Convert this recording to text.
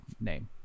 name